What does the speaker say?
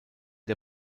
der